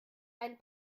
ein